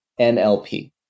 NLP